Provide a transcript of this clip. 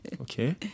okay